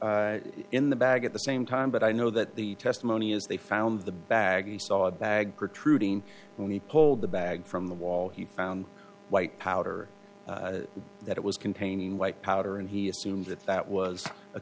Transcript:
in the bag at the same time but i know that the testimony is they found the bag he saw a bag or trooping when he pulled the bag from the wall he found white powder that it was containing white powder and he assumed that that was a